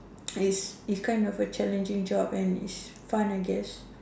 this is kind of a challenging job and it's fun I guess